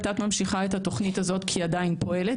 ות"ת ממשיכה את התוכנית הזאת כי היא עדיין פועלת,